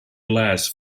last